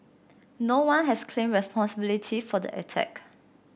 no one has claimed responsibility for the attack